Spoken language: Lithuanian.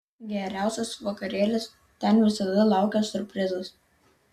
geriausias vakarėlis ten visada laukia siurprizas